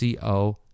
CO